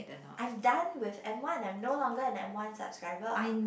I'm done with M one I'm no longer an M one subscriber